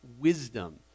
wisdom